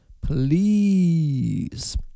Please